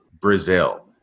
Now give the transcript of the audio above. brazil